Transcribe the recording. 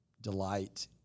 delight